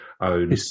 Own